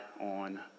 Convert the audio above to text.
on